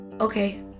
Okay